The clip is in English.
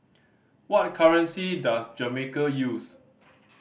what currency does Jamaica use